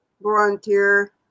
volunteer